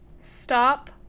stop